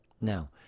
now